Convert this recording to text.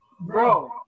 Bro